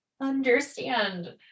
understand